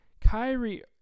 Kyrie